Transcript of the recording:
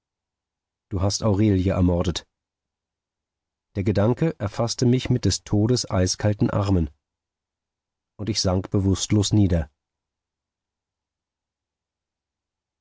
du hast aurelie ermordet der gedanke erfaßte mich mit des todes eiskalten armen und ich sank bewußtlos nieder